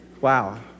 wow